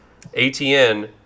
ATN